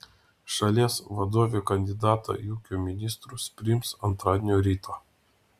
šalies vadovė kandidatą į ūkio ministrus priims antradienio rytą